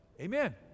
Amen